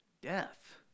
Death